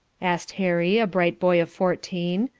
asked harry, a bright boy of fourteen.